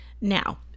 Now